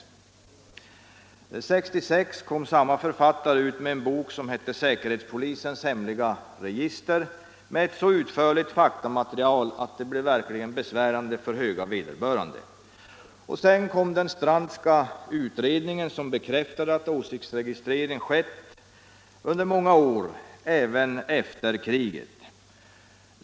1966 kom samma författare ut med en bok, Säkerhetspolisens hemliga register, med ett så utförligt faktamaterial att det blev verkligt besvärande för höga vederbörande. Sedan kom den Strandska utredningen, som bekräftade att åsiktsregistrering skett under många år, även efter kriget.